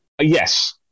Yes